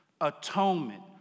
atonement